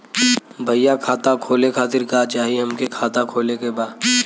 भईया खाता खोले खातिर का चाही हमके खाता खोले के बा?